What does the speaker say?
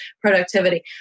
productivity